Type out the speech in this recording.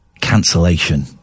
Cancellation